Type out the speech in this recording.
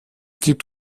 gibt